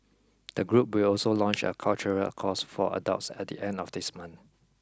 the group will also launch a cultural course for adults at the end of this month